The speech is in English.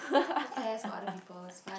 who cares about other people it's fine